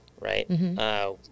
right